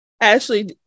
Ashley